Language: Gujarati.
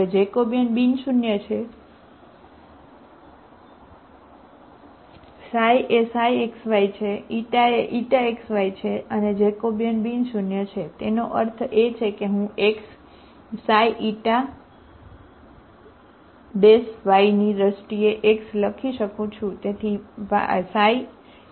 અને જેકોબિયન બિન શૂન્ય છે તેનો અર્થ એ છે કે હું x y ની દ્રષ્ટિએ x લખી શકું છું